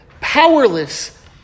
powerless